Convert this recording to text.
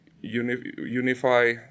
unify